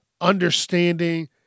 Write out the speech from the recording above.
understanding